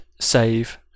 save